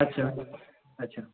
अच्छा अच्छा